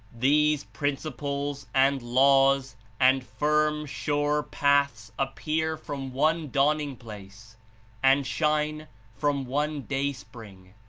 these principles and laws and firm, sure paths appear from one dawning-place and shine from one day-spring,